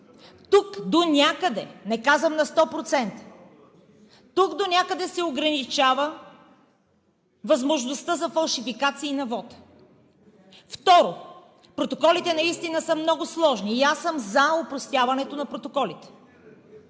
Тук донякъде, не казвам на 100%, тук донякъде се ограничава възможността за фалшификации на вота. Второ, протоколите наистина са много сложни и аз съм за опростяване на протоколите.